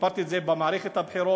סיפרתי את זה במערכת הבחירות,